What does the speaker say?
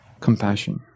Compassion